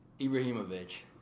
Ibrahimovic